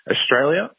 Australia